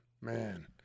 Man